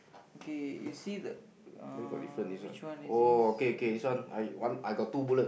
okay you see the uh which one is this